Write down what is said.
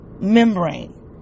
membrane